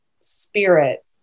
spirit